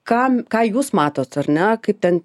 kam ką jūs matot ar ne kaip ten